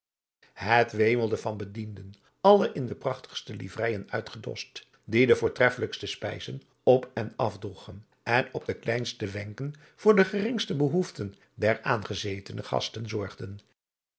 het wemelde van bedienden alle in de prachtigste livereijen uitgedost die de voortreffelijkste spijzen op en afdroegen en op de kleinste wenken voor de geringste behoeften der aangezetene gasten zorgden